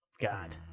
God